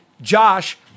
Josh